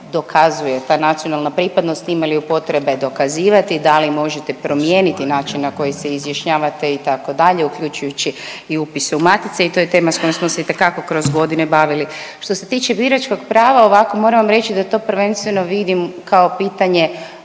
dokazuje ta nacionalna pripadnost, ima li ju potrebe dokazivati, da li možete promijeniti način na koji se izjašnjavate, itd., uključujući i upise u matice i to je tema s kojom smo se itekako kroz godine bavili. Što se tiče biračkog prava, ovako, moram vam reći da to prvenstveno vidim kao pitanje